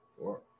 Four